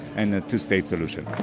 and a two state solution